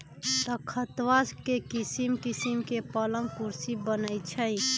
तकख्ता से किशिम किशीम के पलंग कुर्सी बनए छइ